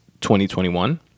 2021